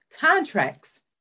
contracts